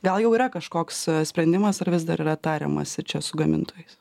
gal jau yra kažkoks sprendimas ar vis dar yra tariamasi čia su gamintojais